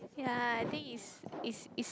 ya I think it's it's it's